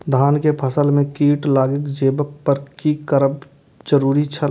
धान के फसल में कीट लागि जेबाक पर की करब जरुरी छल?